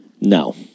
No